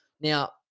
Now